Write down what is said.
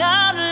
out